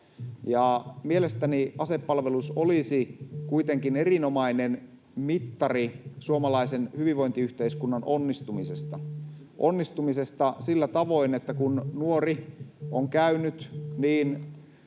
Mielestäni asepalvelus olisi kuitenkin erinomainen mittari suomalaisen hyvinvointiyhteiskunnan onnistumisesta, onnistumisesta sillä tavoin, että kun nuori on käynyt kuntien